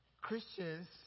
Christians